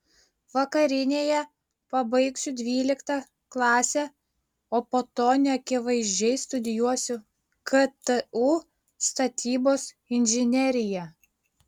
vakarinėje pabaigsiu dvyliktą klasę o po to neakivaizdžiai studijuosiu ktu statybos inžineriją